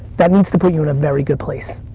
that means to put you in a very good place,